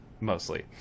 Mostly